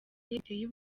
biteye